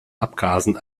abgasen